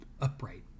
upright